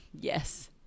yes